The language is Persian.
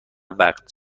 وقت